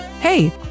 hey